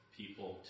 people